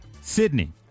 Sydney